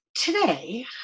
Today